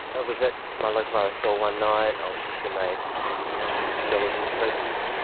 ah was at my local rsl one night, and i was with some mates, just put a few dollars in the pokies,